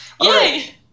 Yay